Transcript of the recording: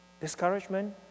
Discouragement